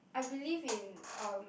I believe in uh